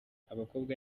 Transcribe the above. abakobwa